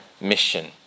mission